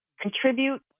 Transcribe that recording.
contribute